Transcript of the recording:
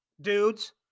dudes